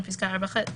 (8)